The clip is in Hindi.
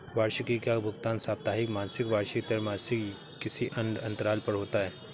वार्षिकी का भुगतान साप्ताहिक, मासिक, वार्षिक, त्रिमासिक या किसी अन्य अंतराल पर होता है